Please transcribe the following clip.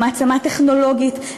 למעצמה טכנולוגית,